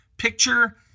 picture